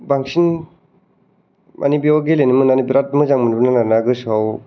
बांसिन मानि बेव गेलेनो मोननानै बिराद मोजां मोनदोंमोन आरोना गोसोआव